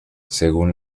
según